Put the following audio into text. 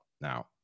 Now